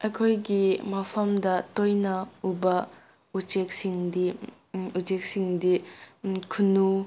ꯑꯩꯈꯣꯏꯒꯤ ꯃꯐꯝꯗ ꯇꯣꯏꯅ ꯎꯕ ꯎꯆꯦꯛꯁꯤꯡꯗꯤ ꯎꯆꯦꯛꯁꯤꯡꯗꯤ ꯈꯨꯅꯨ